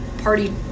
party